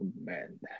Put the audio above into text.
man